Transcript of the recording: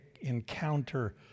encounter